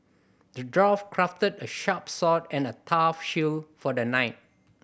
the dwarf crafted a sharp sword and a tough shield for the knight